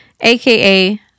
aka